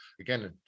again